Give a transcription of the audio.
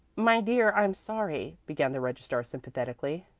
my dear, i'm sorry, began the registrar sympathetically,